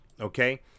Okay